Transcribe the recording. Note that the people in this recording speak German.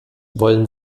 wollen